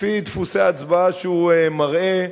לפי דפוסי ההצבעה שהוא מראה,